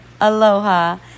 Aloha